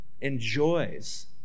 enjoys